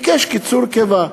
שביקש קיצור קיבה.